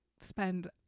spend